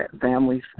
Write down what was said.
families